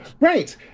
Right